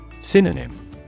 Synonym